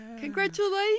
Congratulations